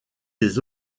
des